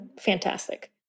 fantastic